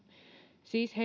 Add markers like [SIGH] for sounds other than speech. siis [UNINTELLIGIBLE]